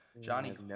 Johnny